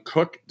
Cook